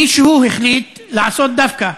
מישהו החליט לעשות דווקא.